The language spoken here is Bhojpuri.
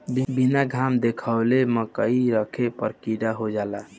बीना घाम देखावले मकई रखे पर कीड़ा हो जाला